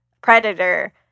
Predator